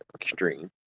extreme